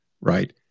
Right